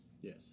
Yes